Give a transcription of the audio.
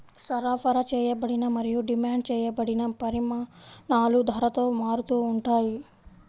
సరఫరా చేయబడిన మరియు డిమాండ్ చేయబడిన పరిమాణాలు ధరతో మారుతూ ఉంటాయి